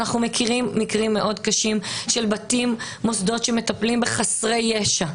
אנחנו מכירים מקרים מאוד קשים של בתים או מוסדות שמטפלים בחסרי ישע.